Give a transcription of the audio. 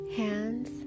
hands